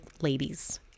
ladies